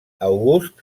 august